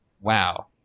wow